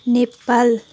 Nepal